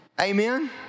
Amen